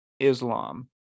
islam